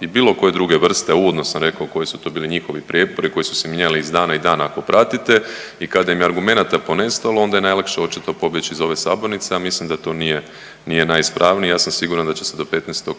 i bilo koje druge vrste, a uvodno sam rekao koji su to bili njihovi prijepori koji su se mijenjali iz dana i dana ako pratite i kad im je argumenata ponestalo onda je najlakše očito pobjeći iz ove sabornice, a mislim da to nije, nije najispravnije. Ja sam siguran da će se do 15.